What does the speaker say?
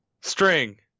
String